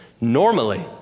normally